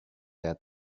their